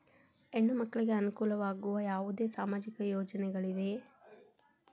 ಹೆಣ್ಣು ಮಕ್ಕಳಿಗೆ ಅನುಕೂಲವಾಗುವ ಯಾವುದೇ ಸಾಮಾಜಿಕ ಯೋಜನೆಗಳಿವೆಯೇ?